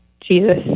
Jesus